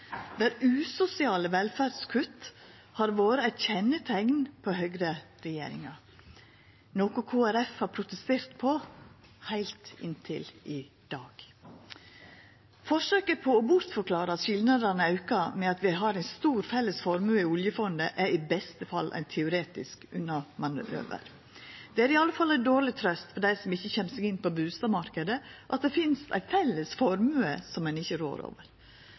der usosiale velferdskutt har vore eit kjenneteikn på høgreregjeringa, noko Kristeleg Folkeparti har protestert på heilt inntil i dag. Forsøket på å bortforklara at skilnadene aukar med at vi har ein stor felles formue i oljefondet, er i beste fall ein teoretisk unnamanøver. Det er i alle fall ei dårleg trøyst for dei som ikkje kjem seg inn på bustadmarknaden, at det finst ein felles formue som ein ikkje rår over.